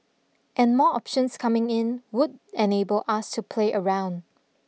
and more options coming in would enable us to play around